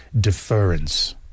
deference